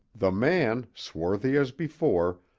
the man, swarthy as before,